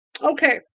Okay